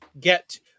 get